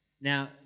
Now